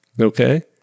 okay